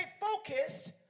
focused